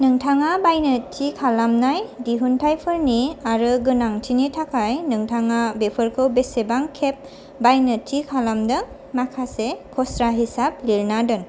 नोंथाङा बायनो थि खालामनाय दिहुन्थायफोरनि आरो गोनांथिनि थाखाय नोंथाङा बेफोरखौ बेसेबां खेब बायनो थि खालामदों माखासे खरसा हिसाब लिरना दोन